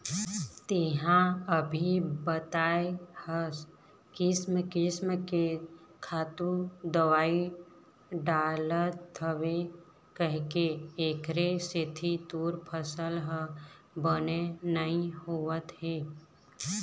तेंहा अभीच बताए हस किसम किसम के खातू, दवई डालथव कहिके, एखरे सेती तोर फसल ह बने नइ होवत हे